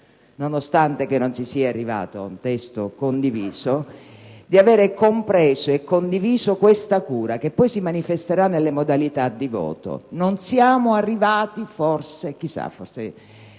nonostante non si sia arrivati ad un testo condiviso, di avere compreso e condiviso questa cura che poi si manifesterà nelle modalità di voto. Non siamo arrivati - e forse